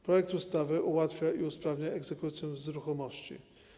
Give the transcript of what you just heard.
Projekt ustawy ułatwia i usprawnia egzekucję z ruchomości.